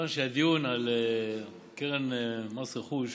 מכיוון שהדיון על קרן מס רכוש,